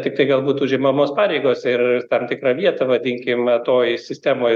tiktai galbūt užimamos pareigos ir tam tikrą vietą vadinkim toj sistemoj